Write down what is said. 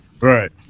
Right